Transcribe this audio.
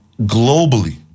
globally